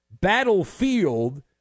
battlefield